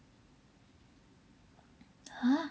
!huh!